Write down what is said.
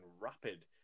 Rapid